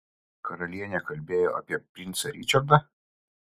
karalienė kalbėjo apie princą ričardą